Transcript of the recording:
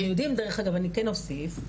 יודעים דרך-אגב אני כן אוסיף,